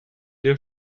der